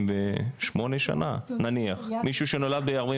78 שנה נניח, מישהו שנולד ב-44.